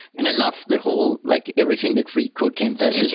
and i love the whole like everything that free code camp does.